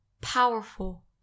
powerful